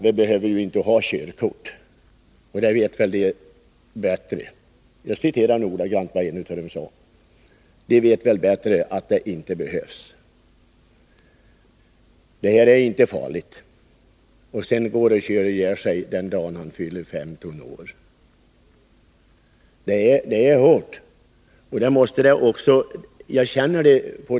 Det här vet väl vi bättre, och vi behöver ju inte ha körkort. Jag citerar ordagrant vad en av dem sade: ”De” dvs. myndigheterna, ”vet väl bättre att det inte behövs.” De tror alltså inte att det är farligt att köra moped utan utbildning. Sedan kan det inträffa att någon av dem kör ihjäl sig samma dag som han eller hon fyller 15 år.